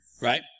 right